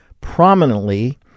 prominently